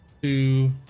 Two